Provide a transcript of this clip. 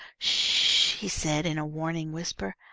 sh! he said, in a warning whisper.